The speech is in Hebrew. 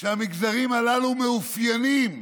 המגזרים הללו מתאפיינים